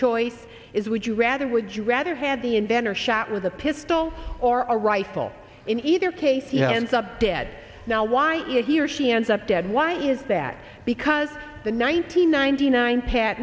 choice is would you rather would you rather had the inventor shot with a pistol or a rifle in either case you know ends up dead now why a he or she ends up dead why is that because the nine hundred ninety nine tat